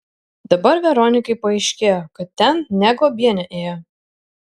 dabar veronikai paaiškėjo kad ten ne guobienė ėjo